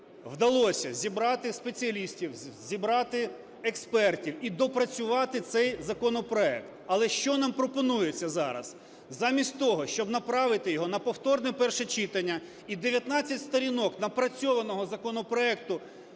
вдалося зібрати спеціалістів, зібрати експертів і допрацювати цей законопроект. Але що нам пропонується зараз? Замість того, щоб направити його на повторне перше читання і 19 сторінок напрацьованого законопроекту